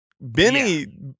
Benny